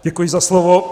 Děkuji za slovo.